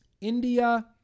India